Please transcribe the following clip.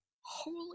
holy